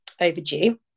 overdue